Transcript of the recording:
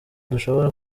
dushobora